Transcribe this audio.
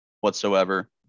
Whatsoever